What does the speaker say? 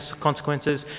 consequences